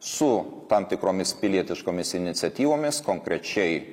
su tam tikromis pilietiškomis iniciatyvomis konkrečiai